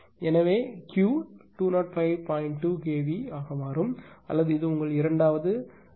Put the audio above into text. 2 kV ஆக மாறும் அல்லது இது உங்கள் இரண்டாவது வழக்கு